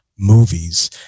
movies